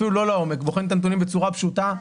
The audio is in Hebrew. אפילו לא לעומק אלא בצורה פשוטה,